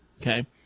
okay